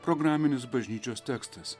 programinis bažnyčios tekstas